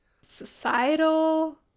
societal